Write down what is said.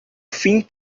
fim